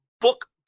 book